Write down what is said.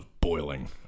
boiling